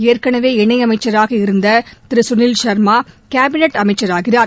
ஏற்கனவே இணையமைச்சராக இருந்த திரு சுனில் சர்மா சேபினட் அமைச்சராகிறார்